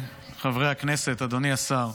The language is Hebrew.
חברי הכנסת, אדוני השר,